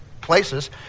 places